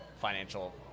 financial